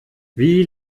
wie